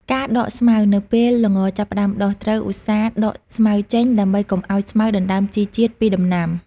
ការដកស្មៅ នៅពេលល្ងចាប់ផ្តើមដុះ ត្រូវឧស្សាហ៍ដកស្មៅចេញ ដើម្បីកុំឲ្យស្មៅដណ្តើមជីជាតិពីដំណាំ។